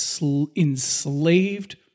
Enslaved